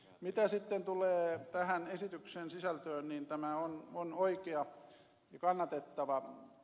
mitä sitten tulee tähän esityksen sisältöön niin tämä on oikea ja kannatettava